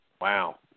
Wow